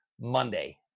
Monday